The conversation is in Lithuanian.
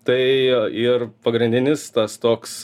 tai ir pagrindinis tas toks